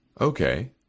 Okay